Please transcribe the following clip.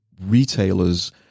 retailers